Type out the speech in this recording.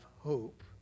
hope